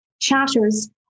chatters